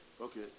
Okay